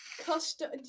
custom